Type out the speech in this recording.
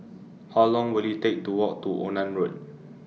How Long Will IT Take to Walk to Onan Road